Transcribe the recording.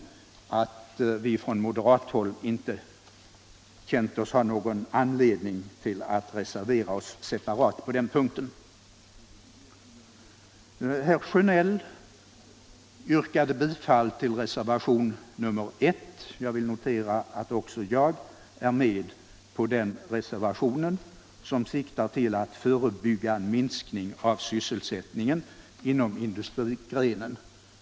Därför har vi från moderat håll inte känt oss ha någon anledning att reservera oss separat på den punkten. Herr Sjönell yrkade bifall till reservationen 1. Jag vill notera att också jag är med på den reservationen, som siktar till att förebygga minskning av sysselsättningen inom industrigrenen.